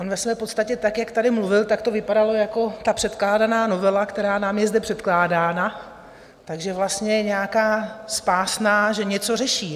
On ve své podstatě tak, jak tady mluvil, tak to vypadalo jako ta předkládaná novela, která nám je zde předkládána, že vlastně je nějaká spásná, že něco řeší.